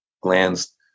glands